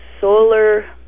solar